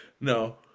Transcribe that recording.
No